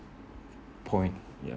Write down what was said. point yup